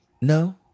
No